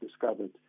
discovered